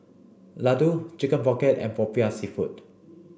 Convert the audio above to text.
Laddu chicken pocket and Popiah Seafood